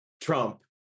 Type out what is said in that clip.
Trump